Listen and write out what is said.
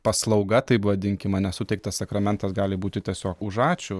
paslauga taip vadinkim ane suteiktas sakramentas gali būti tiesiog už ačiū